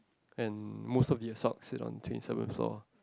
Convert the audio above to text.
and most of the asoc sit on the twenty seventh floor